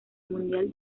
mundial